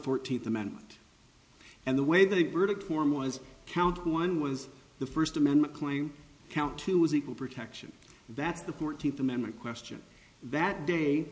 fourteenth amendment and the way they verdict form was count one was the first amendment claim count two was equal protection that's the fourteenth amendment question that day